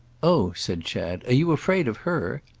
oh, said chad, are you afraid of her?